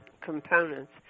components